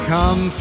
Come